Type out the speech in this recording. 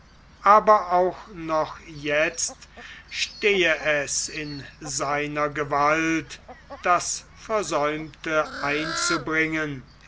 aber auch noch jetzt stehe es in seiner gewalt das versäumte einzubringen